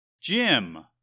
Jim